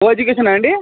కో ఎడ్యుకేషనా అండి